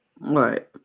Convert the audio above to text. Right